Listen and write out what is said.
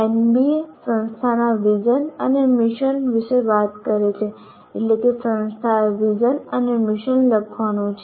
એનબીએસંસ્થાના વિઝનઅને મિશન વિશે વાત કરે છે એટલે કે સંસ્થાએ વિઝન અને મિશન લખવાનું છે